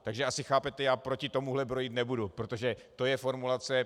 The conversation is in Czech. Takže asi chápete, já proti tomu brojit nebudu, protože to je formulace.